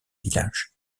villages